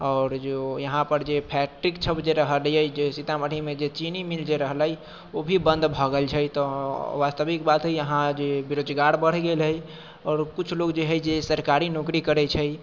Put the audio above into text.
आओर जे यहाँपर जे फैक्ट्रीसब जे रहलिए जे सीतामढ़ीमे जे चीनी मिल जे रहलै ओ भी बन्द भऽ गेल छै तऽ वास्तविक बात हइ यहाँ जे बेरोजगार बढ़ि गेल हइ आओर किछु लोक जे हइ से सरकारी नौकरी करै छै